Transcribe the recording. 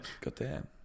Goddamn